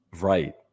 Right